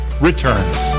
returns